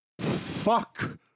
fuck